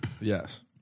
Yes